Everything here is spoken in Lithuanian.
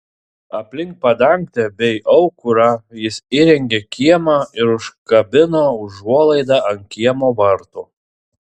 aplink padangtę bei aukurą jis įrengė kiemą ir užkabino užuolaidą ant kiemo vartų